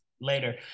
later